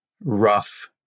rough